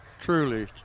truly